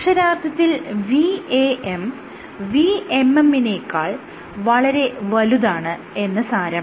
അക്ഷരാർത്ഥത്തിൽ VAM VMM നേക്കാൾ VAM VMM വളരെ വലുതാണ് എന്ന് സാരം